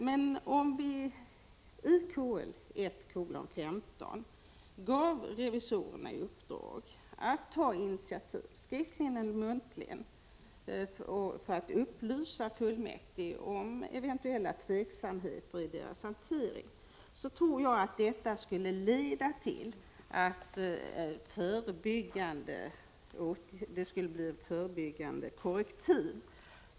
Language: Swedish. Men om vi i KL 1:15 skulle ge kommunens revisorer befogenhet att ta initiativ, skriftligen eller muntligen, för att upplysa fullmäktige om eventuella oklarheter i deras hantering, så tror jag att detta skulle bli ett förebyggande korrektiv.